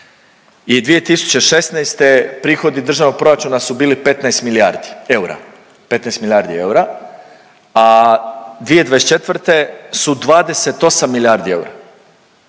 i 2016. prihodi državnog proračuna su bili 15 milijardi eura, 15 milijardi eura,